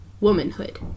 womanhood